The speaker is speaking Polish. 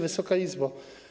Wysoka Izbo!